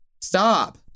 stop